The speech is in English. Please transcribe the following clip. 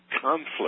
conflict